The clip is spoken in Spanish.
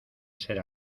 ser